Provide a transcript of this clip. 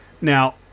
Now